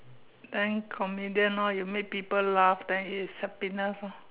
then comedian orh you make people laugh then it's happiness ah